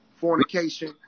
Fornication